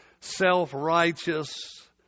self-righteous